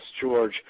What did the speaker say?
George